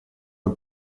del